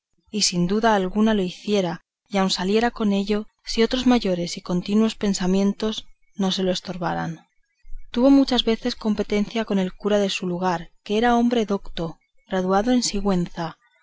y sin duda alguna lo hiciera y aun saliera con ello si otros mayores y continuos pensamientos no se lo estorbaran tuvo muchas veces competencia con el cura de su lugar que era hombre docto graduado en sigüenza